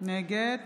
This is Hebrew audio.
נגד